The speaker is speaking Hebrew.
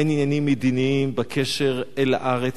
הן עניינים מדיניים בקשר אל הארץ,